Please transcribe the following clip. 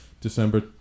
December